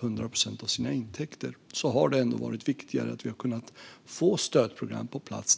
100 procent av sina intäkter har varit viktigare att vi har fått stödprogram på plats.